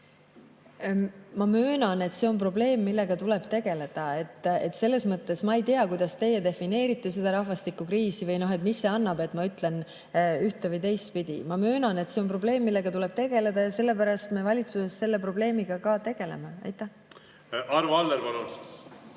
Ma möönan, et see on probleem, millega tuleb tegeleda. Ma ei tea, kuidas teie defineerite rahvastikukriisi või mida see annab, et ma ütlen üht- või teistpidi. Ma möönan, et see on probleem, millega tuleb tegeleda, ja sellepärast me valitsuses selle probleemiga ka tegeleme. Arvo Aller,